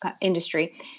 industry